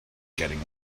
getting